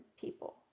people